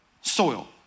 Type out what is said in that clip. Soil